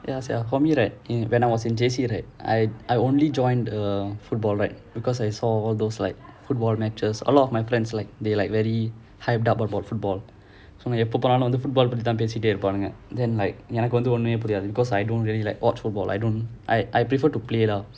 ya sia for me right in when I was in J_C right I I only joined err football right because I saw all those like football matches a lot of my friends like they like very hyped up about football so நான் எப்போ போனாலும்:naan eppo ponaalum football பத்தி தான் பேசிட்டு இருப்பாங்க:paththi thaan pesittu irupaanga then like எனக்கு வந்து ஒன்னுமே புரியாது:ennakku vanthu onumae puriyaathu because I don't really like watch football I don't I I prefer to play lah